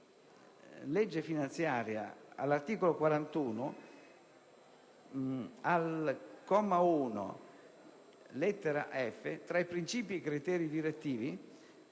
legge comunitaria, all'articolo 41, comma 1, lettera *f)*, tra i princìpi e criteri direttivi